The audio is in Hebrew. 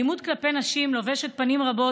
אלימות כלפי נשים לובשת פנים רבות.